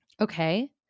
Okay